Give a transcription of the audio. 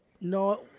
No